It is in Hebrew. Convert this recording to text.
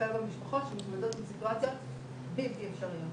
לטפל במשפחות שמתמודדות עם סיטואציות בלתי אפשריות.